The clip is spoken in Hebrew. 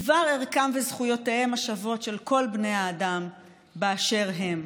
בדבר ערכם וזכויותיהם השווים של כל בני האדם באשר הם.